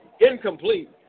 incomplete